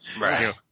right